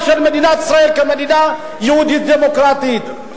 של מדינת ישראל כמדינה יהודית דמוקרטית,